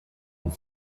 and